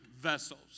vessels